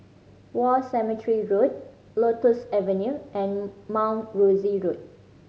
War Cemetery Road Lotus Avenue and Mount Rosie Road